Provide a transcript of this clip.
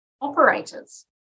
operators